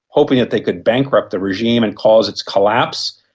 hoping that they could bankrupt the regime and cause its collapse,